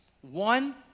One